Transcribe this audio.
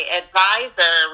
advisor